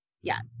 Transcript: Yes